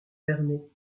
bernay